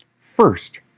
First